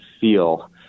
feel